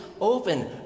open